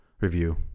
review